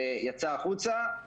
ויצא החוצה,